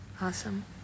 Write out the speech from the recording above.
Awesome